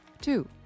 Two